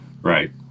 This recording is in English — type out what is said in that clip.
Right